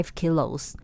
kilos